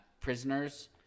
prisoners